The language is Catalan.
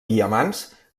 diamants